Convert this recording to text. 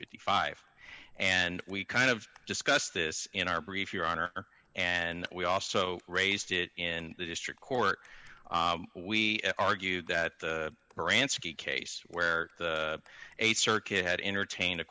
fifty five and we kind of discussed this in our brief your honor and we also raised it in the district court we argued that case where a circuit had entertained a